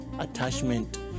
attachment